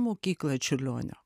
mokyklą čiurlionio